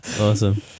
Awesome